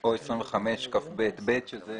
או 25כב(ב) שזה